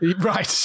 right